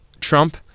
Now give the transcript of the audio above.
Trump